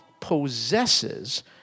possesses